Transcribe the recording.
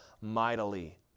mightily